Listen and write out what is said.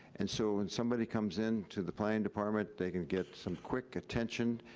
and so, when somebody comes in to the planning department, they can get some quick attention,